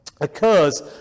occurs